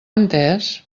entès